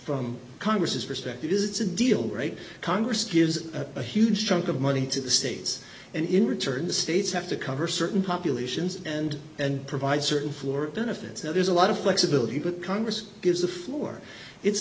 from congress's perspective is it's a deal great congress gives a huge chunk of money to the states and in return the states have to cover certain populations and and provide certain floor benefits now there's a lot of flexibility but congress gives the floor it's